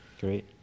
Great